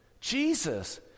Jesus